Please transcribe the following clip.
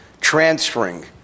transferring